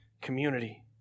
community